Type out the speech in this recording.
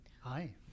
Hi